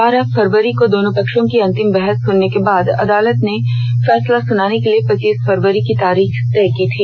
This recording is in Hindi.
बारह फवरी को दोनों पक्षों की अंतिम बहस सुनने के बाद अदालत ने फैसला सुनाने के लिए पच्चीस फरवरी की तारीख तय की थी